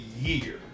year